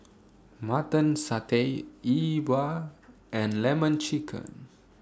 Mutton Satay E Bua and Lemon Chicken